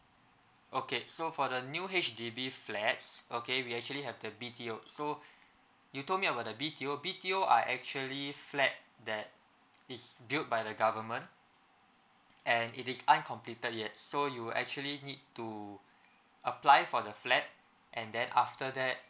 okay so for the new H_D_B flats okay we actually have the B_T_O so you told me about the B_T_O B_T_O are actually flat that it's build by the government and it is uncompleted yet so you'll actually need to apply for the flat and then after that